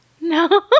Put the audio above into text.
No